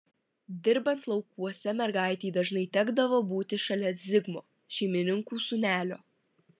dirbant laukuose mergaitei dažnai tekdavo būti šalia zigmo šeimininkų sūnelio